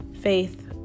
faith